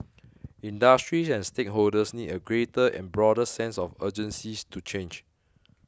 industries and stakeholders need a greater and broader sense of urgency to change